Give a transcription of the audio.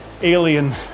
alien